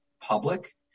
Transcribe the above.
public